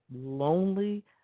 lonely